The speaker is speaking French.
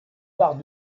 barres